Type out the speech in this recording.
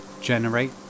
generate